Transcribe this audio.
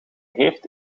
heeft